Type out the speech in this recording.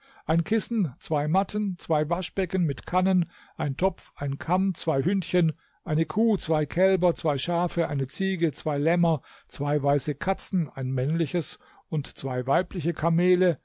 ein kissen zwei matten zwei waschbecken mit kannen ein topf ein kamm zwei hündchen eine kuh zwei kälber zwei schafe eine ziege zwei lämmer zwei weiße katzen ein männliches und zwei weibliche kamele